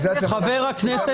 חבר הכנסת